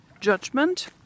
judgment